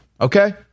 okay